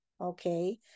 okay